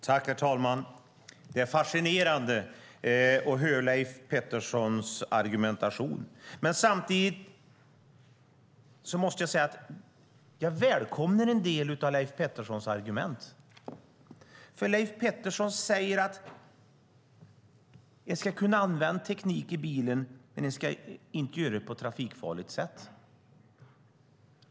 Herr talman! Det är fascinerande att höra Leif Petterssons argumentation. Men samtidigt måste jag säga att jag välkomnar en del av Leif Petterssons argument. Leif Pettersson säger att man ska kunna använda teknik i bilen men att det inte ska ske på ett trafikfarligt sätt.